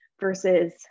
versus